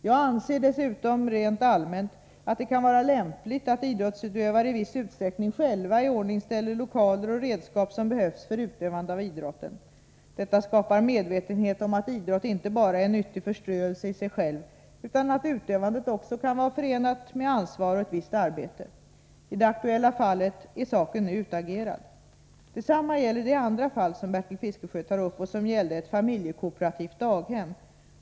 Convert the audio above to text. Jag anser dessutom rent allmänt att det kan vara lämpligt att idrottsutövare i viss utsträckning själva iordningställer lokaler och redskap som behövs för utövande av idrotten. Detta skapar medvetenhet om att idrott inte bara är en nyttig förströelse i sig själv, utan att utövandet också kan vara förenat med ansvar och ett visst arbete. I det aktuella fallet är saken nu utagerad. Detsamma gäller det andra fall som Bertil Fiskesjö tar upp och som gällde ett familjekooperativt daghem.